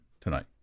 tonight